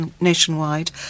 nationwide